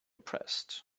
pressed